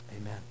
Amen